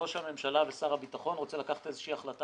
ראש הממשלה ושר הביטחון רוצה לקחת איזושהי החלטה